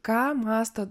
ką mąsto